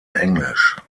englisch